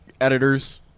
editors